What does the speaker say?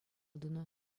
тунӑ